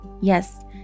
yes